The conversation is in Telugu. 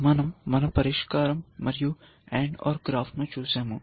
మనం మన పరిష్కారం మరియు AND OR గ్రాఫ్ను చూశాము